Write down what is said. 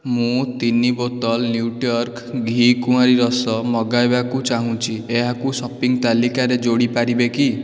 ମୁଁ ତିନି ବୋତଲ ନ୍ୟୁଟ୍ରିଅର୍ଗ ଘି କୁଆଁରୀ ରସ ମଗାଇବାକୁ ଚାହୁଁଛି ଏହାକୁ ସପିଂ ତାଲିକାରେ ଯୋଡ଼ି ପାରିବେ କି